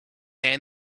man